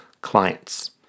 clients